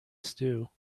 stew